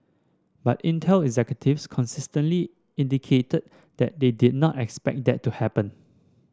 but Intel executives consistently indicated that they did not expect that to happen